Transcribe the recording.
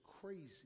crazy